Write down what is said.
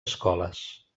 escoles